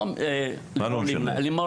לימור